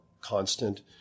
constant